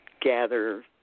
gather